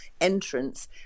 entrance